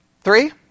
Three